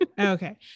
Okay